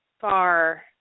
far